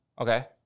Okay